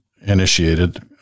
initiated